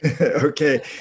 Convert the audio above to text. Okay